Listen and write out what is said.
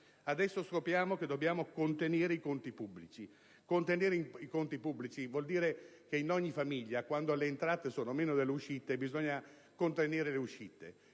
Adesso scopriamo che dobbiamo contenere i conti pubblici. Contenere i conti pubblici vuol dire - come avviene in ogni famiglia quando le entrate sono minori delle uscite - contenere le uscite.